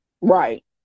Right